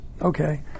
Okay